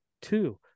two